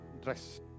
dress